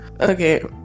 Okay